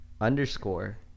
underscore